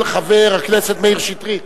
של חבר הכנסת מאיר שטרית.